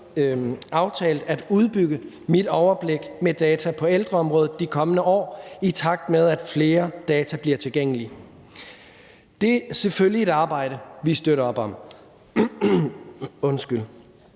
aftalt at udbygge Mit Overblik med data på ældreområdet de kommende år, i takt med at flere data bliver tilgængelige. Det er selvfølgelig et arbejde, vi støtter op om. Jeg